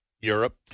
Europe